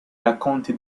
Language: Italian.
racconti